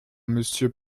monsieur